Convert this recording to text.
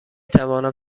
توانم